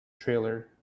trailer